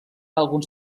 alguns